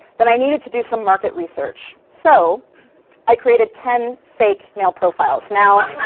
that i needed to do some market research. so i created ten fake male profiles. now,